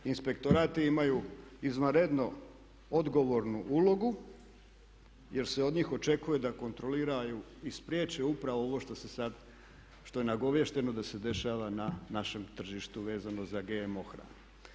Inspektorati imaju izvanredno odgovornu ulogu jer se od njih očekuje da kontroliraju i spriječe upravo ovo što je nagoviješteno da se dešava na našem tržištu vezano za GMO hranu.